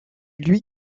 lui